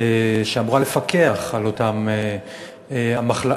שאמורה לפקח על אותן המחלקות?